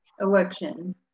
election